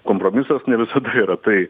kompromisas ne visada yra tai